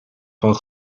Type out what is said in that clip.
van